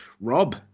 Rob